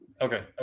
Okay